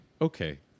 Okay